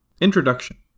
Introduction